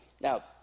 Now